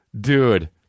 dude